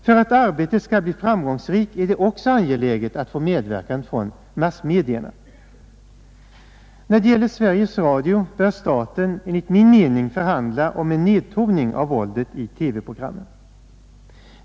För att arbetet skall bli framgångsrikt är det också angeläget att få medverkan från massmedierna. När det gäller Sveriges Radio bör staten enligt min mening förhandla om en nedtoning av våldet i TV-programmen.